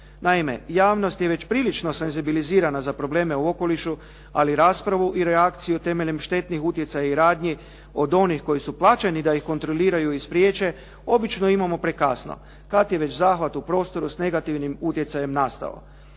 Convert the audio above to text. Naime, javnost je već prilično senzibilizirana za probleme u okolišu, ali raspravu i reakciju temeljem štetnih utjecaja i radnji od onih koji su plaćeni da ih kontroliraju i spriječe obično imamo prekasno kad je već zahvat u prostoru s negativnim utjecajem nastao.